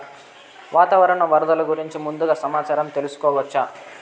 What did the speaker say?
వాతావరణం వరదలు గురించి ముందుగా సమాచారం తెలుసుకోవచ్చా?